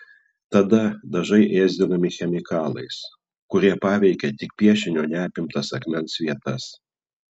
tada dažai ėsdinami chemikalais kurie paveikia tik piešinio neapimtas akmens vietas